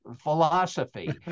philosophy